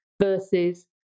versus